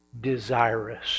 desirous